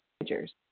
managers